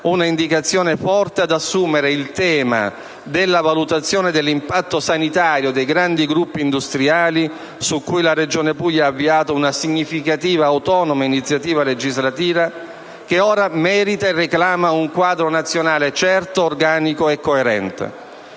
un'indicazione forte ad assumere il tema della valutazione dell'impatto sanitario dei grandi impianti industriali, su cui la Regione Puglia ha avviato una significativa iniziativa legislativa autonoma che ora merita e reclama un quadro nazionale certo, organico e coerente.